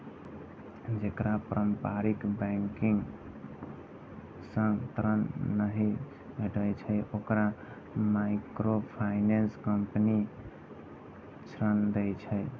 जेकरा पारंपरिक बैंकिंग सं ऋण नहि भेटै छै, ओकरा माइक्रोफाइनेंस कंपनी ऋण दै छै